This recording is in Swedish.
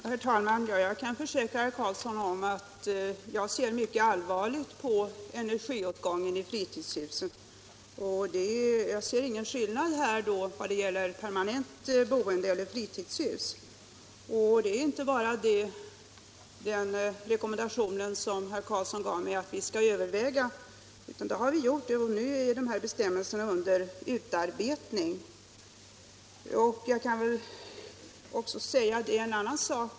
Herr talman! Jag kan försäkra herr Karlsson i Malung att jag ser mycket allvarligt på energiåtgången i fritidshusen. Jag gör härvidlag ingen skillnad mellan permanentbostäder och fritidshus. Herr Karlsson i Malung gav mig rekommendationen att överväga denna fråga. Det har vi redan gjort, och bestämmelser är nu under utarbetande. Jag kan tillägga en annan sak.